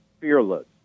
fearless